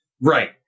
Right